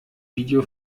video